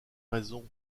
raison